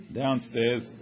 downstairs